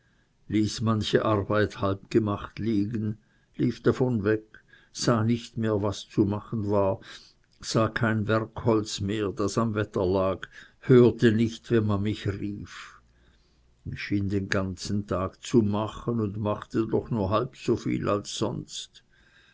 manche arbeit halb gemacht liegen lief davon weg sah nicht mehr was zu machen war sah kein werkholz mehr das am wetter lag hörte nicht wenn man mich rief ich schien den ganzen tag zu machen und machte doch nur halb so viel als sonst